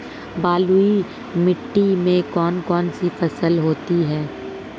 बलुई मिट्टी में कौन कौन सी फसल होती हैं?